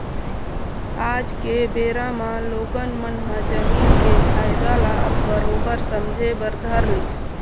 आज के बेरा म लोगन मन ह जमीन के फायदा ल अब बरोबर समझे बर धर लिस